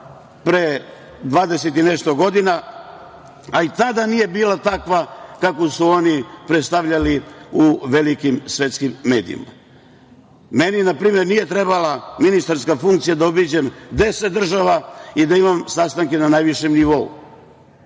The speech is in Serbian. pre 20 i nešto godina, a i tada nije bila takva kakvu su oni predstavljali u velikim svetskim medijima. Meni npr. nije trebala ministarska funkcija da obiđem 10 država i da imam sastanke na najvišem nivou.